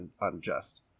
unjust